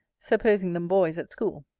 supposing them boys at school.